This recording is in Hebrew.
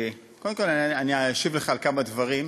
קודם כול, אני אשיב לך על כמה דברים.